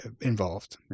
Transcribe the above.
involved